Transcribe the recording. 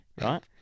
right